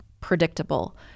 predictable